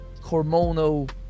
hormonal